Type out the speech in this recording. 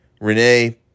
Renee